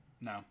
no